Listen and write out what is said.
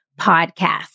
Podcast